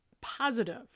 positive